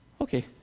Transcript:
Okay